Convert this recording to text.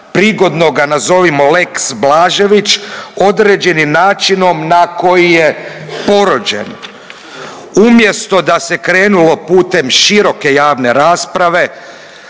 prigodno ga nazovimo lex Blažević, određeni načinom na koji je porođen. Umjesto da se krenulo putem široke javne rasprave,